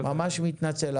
ממש מתנצל.